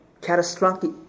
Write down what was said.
catastrophic